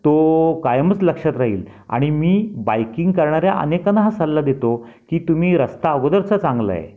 तो कायमच लक्षात राहील आणि मी बायकिंग करणाऱ्या अनेकांना हा सल्ला देतो की तुम्ही रस्ता अगोदरचा चांगला आहे